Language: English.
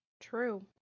True